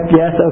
yes